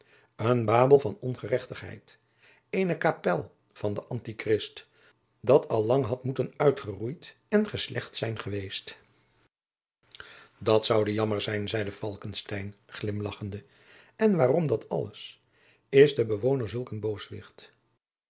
een babel van ongerechtigheid eene kapel van den antichrist dat al lang had moeten uitgeroeid en geslecht zijn geweest dat zoude jammer zijn zeide falckestein glimlagchende en waarom dat alles is de bewoner zulk een